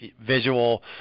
visual